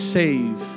save